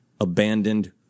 abandoned